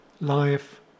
life